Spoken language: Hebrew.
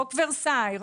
חוק ורסאי,